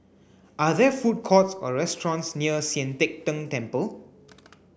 are there food courts or restaurants near Sian Teck Tng Temple